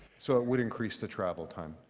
so it would increase the travel time?